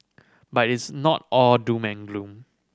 but it's not all doom and gloom